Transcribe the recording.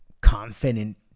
confident